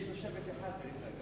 יש לו שבט אחד בינתיים.